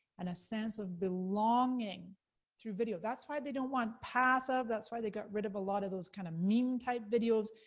and a sense of belonging through video. that's why they don't want passive, that's why they got rid of a lot of those meme kind of i mean type videos.